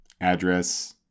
address